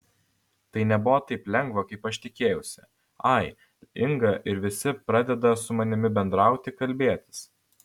tai nebuvo taip lengva kad aš atėjau ai inga ir visi pradeda su mani bendrauti kalbėtis